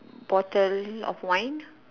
bottle of wine